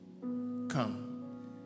Come